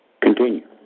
Continue